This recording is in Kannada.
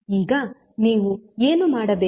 ಈಗ ನೀವು ಏನು ಮಾಡಬೇಕು